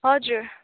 हजुर